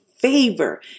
favor